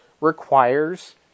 requires